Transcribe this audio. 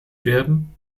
werden